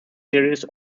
series